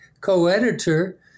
co-editor